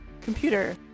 Computer